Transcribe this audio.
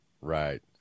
Right